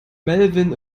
melvin